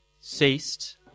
ceased